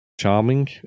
charming